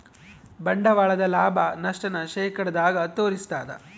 ಬಂಡವಾಳದ ಲಾಭ, ನಷ್ಟ ನ ಶೇಕಡದಾಗ ತೋರಿಸ್ತಾದ